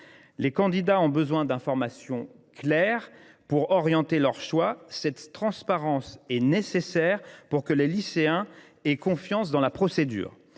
Les candidats ont besoin d’informations claires pour orienter leur choix. Cette transparence est nécessaire pour que les lycéens aient confiance dans la procédure.